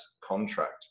contract